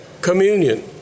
communion